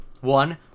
One